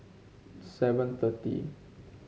seven thirty